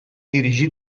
dirigí